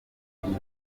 nyuma